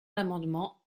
l’amendement